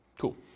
Cool